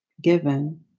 given